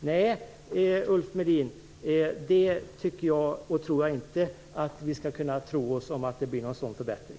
Nej, Ulf Melin, jag tror inte att det blir någon sådan förbättring.